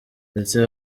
ndetse